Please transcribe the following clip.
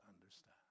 understand